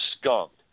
skunked